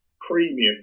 premium